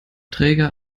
träger